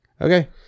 okay